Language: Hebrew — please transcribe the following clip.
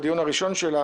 בדיון הראשון שלה